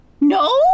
No